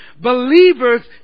believers